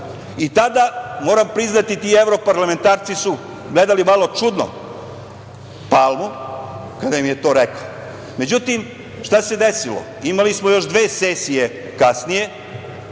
i tada, moram priznati, ti evro parlamentarci su gledali malo čudno Palmu kada im je to rekao.Međutim, šta se desilo? Imali smo još dve sesije kasnije